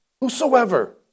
Whosoever